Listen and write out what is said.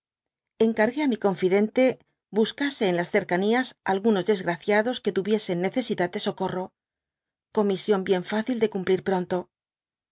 encargné á mi confidente buscase en las cercanias algunos desgradados que tuviesen necesidad de socorro comisión bien fácil de cumplir pronto